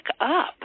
up